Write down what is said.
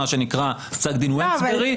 מה שנקרא פסק דין וונסברי.